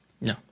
No